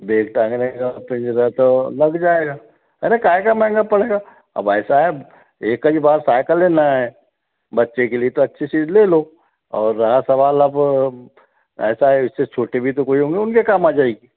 bag टांगे रहेगा पिंजरा तो लग जाएगा अरे काहे का महँगा पड़ेगा भाई साहब एक ही बार सायकल लेना है बच्चे के लिए तो अच्छी चीज़ ले लो और रहा सवाल अब ऐसा है इससे छोटे भी तो कोई होंगे उनके काम आजाएगी